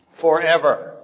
forever